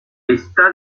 está